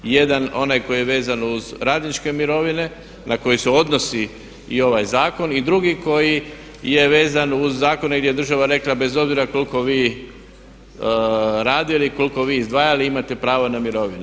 Jedan onaj koji je vezan uz radničke mirovine na koje se odnosi i ovaj zakon i drugi koji je vezan uz zakone gdje je država rekla bez obzira koliko vi radili, koliko vi izdvajali imate pravo na mirovine.